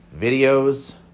videos